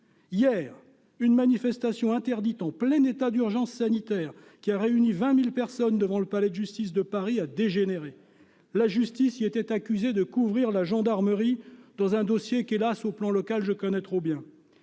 Hier, une manifestation interdite en plein état d'urgence sanitaire, qui a réuni 20 000 personnes devant le palais de justice de Paris, a dégénéré. La justice y était accusée de couvrir la gendarmerie dans un dossier que, hélas, je ne connais trop que